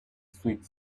sweet